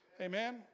Amen